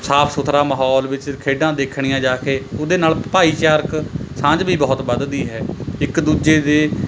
ਸਾਫ ਸੁਥਰਾ ਮਾਹੌਲ ਵਿੱਚ ਖੇਡਾਂ ਦੇਖਣੀਆਂ ਜਾ ਕੇ ਉਹਦੇ ਨਾਲ ਭਾਈਚਾਰਕ ਸਾਂਝ ਵੀ ਬਹੁਤ ਵੱਧਦੀ ਹੈ ਇੱਕ ਦੂਜੇ ਦੇ